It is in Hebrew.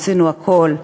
ניסינו הכול.